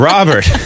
Robert